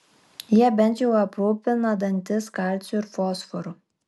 jie bent jau aprūpina dantis kalciu ir fosforu